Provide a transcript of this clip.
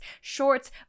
shorts